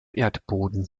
erdboden